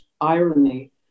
irony